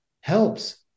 helps